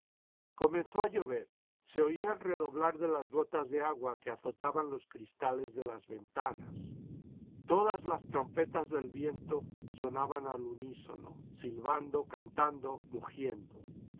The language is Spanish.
comenzó a llover se oía el redoblar de las gotas de agua que azotaban los cristales de las ventanas todas las trompetas del viento sonaban al unísono silbando cantando mugiendo